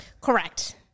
Correct